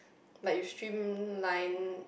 like you streamline